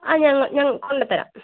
ആ ഞങ്ങൾ ഞങ്ങൾ കൊണ്ടുത്തരാം